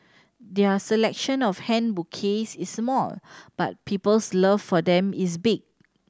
their selection of hand bouquets is small but people's love for them is big